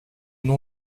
nom